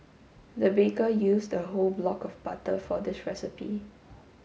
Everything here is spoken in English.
the baker used a whole block of butter for this recipe